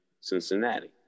Cincinnati